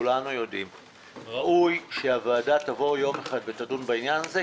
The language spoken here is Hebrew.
ראוי שהוועדה תדון בעניין הזה,